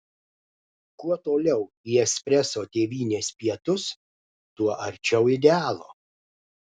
kuo toliau į espreso tėvynės pietus tuo arčiau idealo